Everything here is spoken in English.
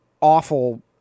awful